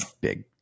big